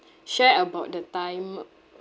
share about the time